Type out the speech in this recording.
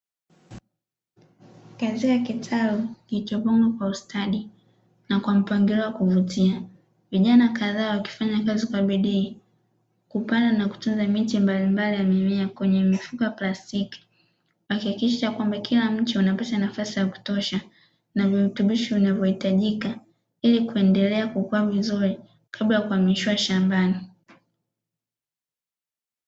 Katika kitalu kilichopangwa kwa ustadi na kwa mpangilio wa kuvutia, vijana kadhaa wakifanya kazi kwa bidii, kupanda na kutunza miche mbalimbali ya mimea kwenye mifuko ya plastiki, akihakikisha kwamba kila mche unapata nafasi ya kutosha na virutubisho vinavyohitajika, ili kuendelea kukua vizuri kabla ya kuhamishiwa shambani.